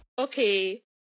Okay